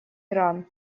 иран